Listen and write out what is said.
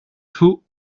faux